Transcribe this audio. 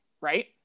right